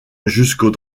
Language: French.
jusqu’au